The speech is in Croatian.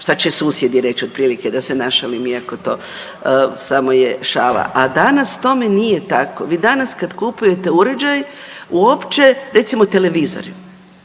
šta će susjedi reć, otprilike, da se našalim, iako to samo je šala a danas tome nije tako, vi danas kad kupujete uređaj, uopće recimo televizori.